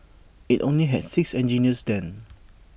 IT only had six engineers then